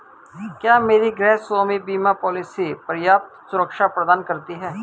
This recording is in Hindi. क्या मेरी गृहस्वामी बीमा पॉलिसी पर्याप्त सुरक्षा प्रदान करती है?